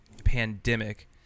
pandemic